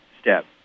step